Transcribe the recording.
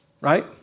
right